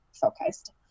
focused